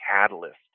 catalyst